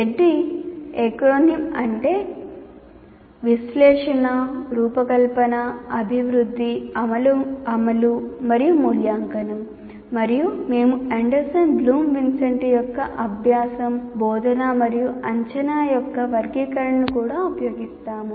ADDIE acronym అంటే విశ్లేషణ రూపకల్పన అభివృద్ధి అమలు మరియు మూల్యాంకనం మరియు మేము అండర్సన్ బ్లూమ్ విన్సెంటి యొక్క అభ్యాసం బోధన మరియు అంచనా యొక్క వర్గీకరణను కూడా ఉపయోగిస్తాము